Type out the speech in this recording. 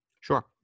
Sure